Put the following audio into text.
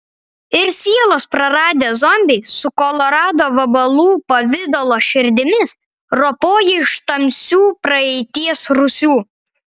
ir sielas praradę zombiai su kolorado vabalų pavidalo širdimis ropoja iš tamsių praeities rūsių